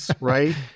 right